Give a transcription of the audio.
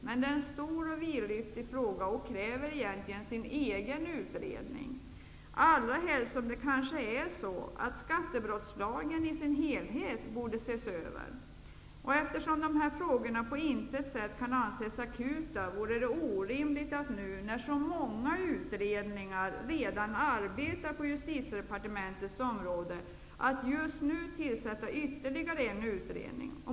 Men det är en svår och vidlyftig fråga som kräver sin egen utredning, särskilt med tanke på att det kanske är så att skattelagen borde ses över i sin helhet. Eftersom de här frågorna på intet sätt kan anses akuta, vore det orimligt att nu när så många utredningar redan pågår på Justitiedepartementets område tillsätta ytterligare en utredning.